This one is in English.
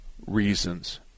reasons